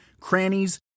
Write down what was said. crannies